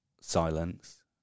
silence